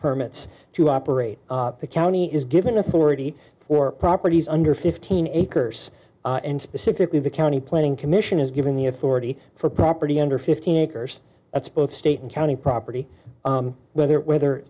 permits to operate the county is given authority for properties under fifteen acres and specifically the county planning commission is given the authority for property under fifteen acres that's both state and county property whether whether